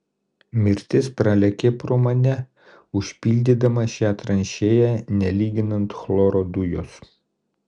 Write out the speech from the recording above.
mirtis pralėkė pro mane užpildydama šią tranšėją nelyginant chloro dujos